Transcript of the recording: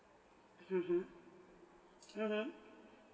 mmhmm mmhmm